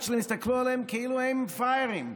שלהם הסתכלו עליהן כאילו הן פראייריות.